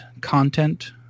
content